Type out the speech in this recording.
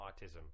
autism